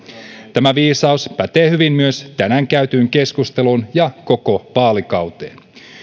tämä viisaus pätee hyvin myös tänään käytyyn keskusteluun ja koko vaalikauteen